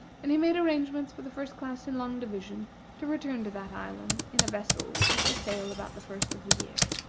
and he made arrangements for the first class in long division to return to that island in a vessel which was to sail about the first of the year.